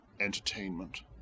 entertainment